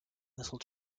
missile